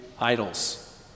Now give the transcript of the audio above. idols